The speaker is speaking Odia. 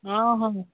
ହଁ